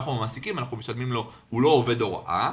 הוא לא עובד הוראה,